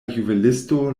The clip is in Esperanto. juvelisto